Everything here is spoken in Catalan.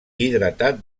hidratat